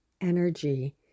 energy